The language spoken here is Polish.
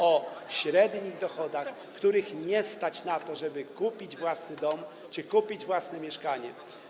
o średnich dochodach, których nie stać na to, żeby kupić własny dom czy własne mieszkanie.